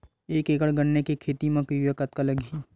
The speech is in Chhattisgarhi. एक एकड़ गन्ने के खेती म यूरिया कतका लगही?